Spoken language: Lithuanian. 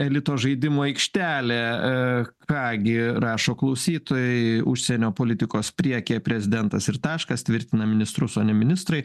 elito žaidimų aikštelė ką gi rašo klausytojai užsienio politikos priekyje prezidentas ir taškas tvirtina ministrus o ne ministrai